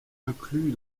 inclus